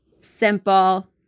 simple